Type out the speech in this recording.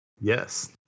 Yes